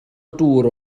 dŵr